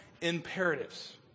imperatives